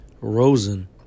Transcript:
Rosen